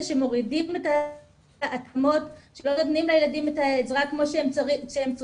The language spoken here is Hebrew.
שמורידים את ההתאמות שלא נותנים לילדים את העזרה כמו שהם צריכים,